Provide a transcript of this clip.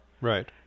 Right